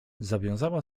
zawiązała